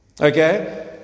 Okay